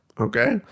Okay